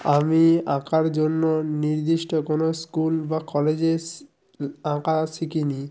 আমি আঁকার জন্য নির্দিষ্ট কোনো স্কুল বা কলেজে আঁকা শিকি নি